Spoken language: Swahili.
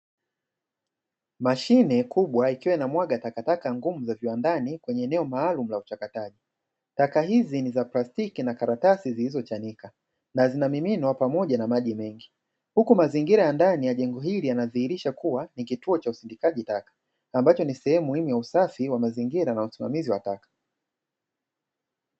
Mashine kubwa, ikiwa inamwaga takataka ngumu za viwandani kwenye eneo maalumu la uchakataji. Taka hizi ni za plastiki na karatasi zilizochanika na zinamiminwa pamoja na maji mengi, huku mazingira ya ndani ya jengo hili yanadhihirisha kuwa ni kituo cha usindikaji taka ambacho ni sehemu muhimu ya usafi wa mazingira na usimamizi wa taka.